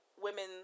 women